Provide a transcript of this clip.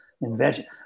invention